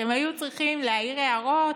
כשהם היו צריכים להעיר הערות,